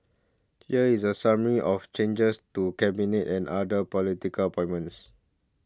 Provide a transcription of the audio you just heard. here is the summary of changes to Cabinet and other political appointments